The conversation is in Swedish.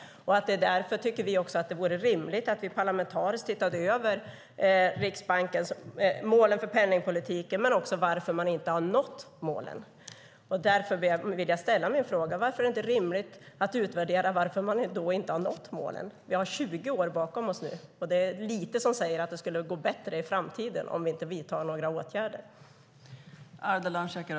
Därför tycker vi också att det vore rimligt att vi parlamentariskt tittade över målen för penningpolitiken men också varför man inte har nått målen. Därför vill jag ställa min fråga: Varför är det inte rimligt att utvärdera varför man inte har nått målen? Vi har 20 år bakom oss nu, och det är lite som säger att det skulle gå bättre i framtiden om vi inte vidtar några åtgärder.